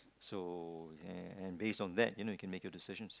so and base on that you know you can make decisions